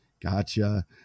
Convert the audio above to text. Gotcha